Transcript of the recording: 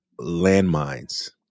landmines